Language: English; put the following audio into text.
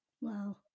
Wow